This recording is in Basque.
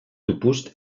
tupust